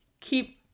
keep